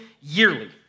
yearly